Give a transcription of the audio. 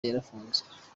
yarafunzwe